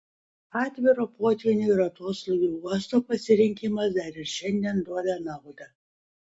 atviro potvynių ir atoslūgių uosto pasirinkimas dar ir šiandien duoda naudą